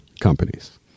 companies